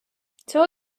цього